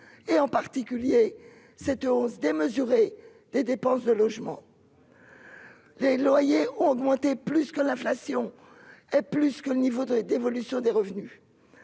en particulier la hausse démesurée des dépenses de logement. Les loyers ont augmenté plus que l'inflation et plus que le niveau de l'évolution des revenus.